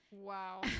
Wow